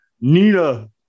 nina